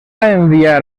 enviar